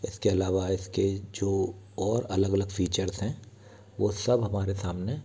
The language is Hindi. इसके अलावा इसके जो और अलग अलग फीचर्स हैं वो सब हमारे सामने